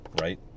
right